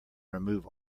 remove